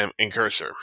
incursor